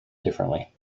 differently